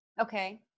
okay